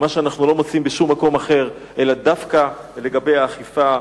לדרישות המקבילות הקיימות לגבי בתי-הדין הרבניים והשרעיים,